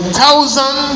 thousand